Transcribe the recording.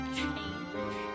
change